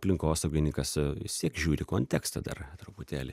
aplinkosauginykas vis tiek žiūri kontekstą dar truputėlį